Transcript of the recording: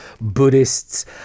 buddhists